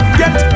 get